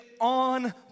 on